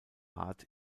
art